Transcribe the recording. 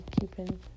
keeping